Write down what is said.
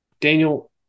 daniel